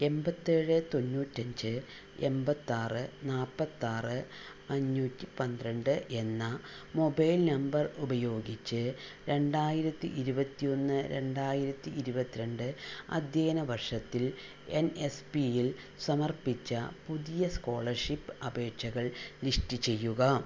എൺപത്തേഴ് തൊണ്ണൂറ്റഞ്ച് എൺപത്താറ് നാൽപ്പത്താറ് അഞ്ഞൂറ്റി പന്ത്രണ്ട് എന്ന മൊബൈൽ നമ്പർ ഉപയോഗിച്ച് രണ്ടായിരത്തി ഇരുപത്തിയൊന്ന് രണ്ടായിരത്തി ഇരുപത്തിരണ്ട് അധ്യയന വർഷത്തിൽ എൻ എസ് പിയിൽ സമർപ്പിച്ച പുതിയ സ്കോളർഷിപ്പ് അപേക്ഷകൾ ലിസ്റ്റ് ചെയ്യുക